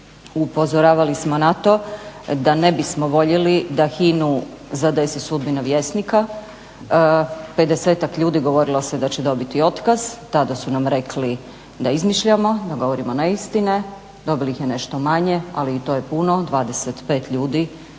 Upozoravali smo na to da ne bismo voljeli da HINA-u zadesi sudbina Vjesnika, 50-tak ljudi govorilo se da će dobiti otkaz, tada su nam rekli da izmišljamo, da ne govorimo neistine, dobilo ih je nešto manje ali i to je puno, 25 ljudi